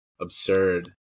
absurd